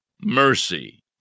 mercy